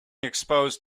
exposed